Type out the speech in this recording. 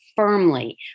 firmly